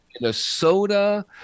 Minnesota